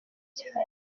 cyane